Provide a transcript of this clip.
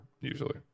usually